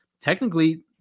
technically